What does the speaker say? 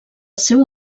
seu